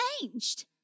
changed